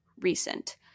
recent